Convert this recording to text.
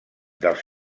dels